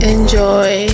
Enjoy